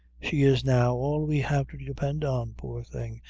she is now all we have to depend on, poor thing,